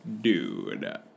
dude